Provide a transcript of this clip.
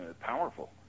powerful